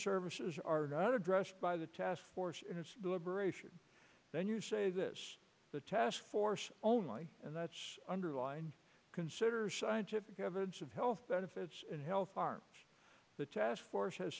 services are not addressed by the task force the liberation then you say this the task force only and that's underlined consider scientific evidence of health benefits and health harm the task force has